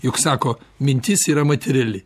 juk sako mintis yra materiali